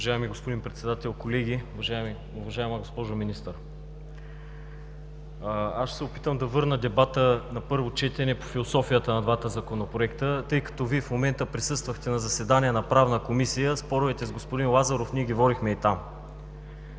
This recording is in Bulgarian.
Уважаеми господин Председател, колеги, уважаема госпожо Министър! Аз ще се опитам да върна дебата на първо четене по философията на двата законопроекта, тъй като Вие присъствахте на заседанието на Правната комисия. Споровете с господин Лазаров ние ги водихме и там.